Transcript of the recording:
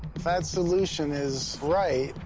if that solution is right,